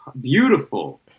beautiful